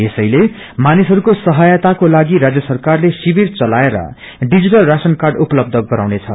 यसैले मानिसहरूको सहायाताकोलागि राज्य सरकारले शिविर चलाएर डिजिटल राशन कार्ड उपलब्ध गराउनेछ